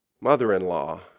mother-in-law